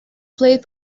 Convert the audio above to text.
played